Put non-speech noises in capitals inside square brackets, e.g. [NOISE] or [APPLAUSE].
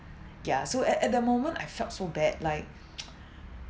ya so at at the moment I felt so bad like [NOISE]